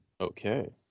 Okay